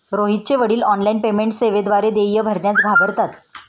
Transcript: रोहितचे वडील online payment सेवेद्वारे देय भरण्यास घाबरतात